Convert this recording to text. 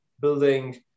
building